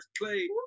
play